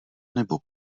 nebo